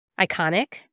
iconic